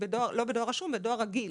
אלא בדואר רגיל.